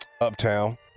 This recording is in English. uptown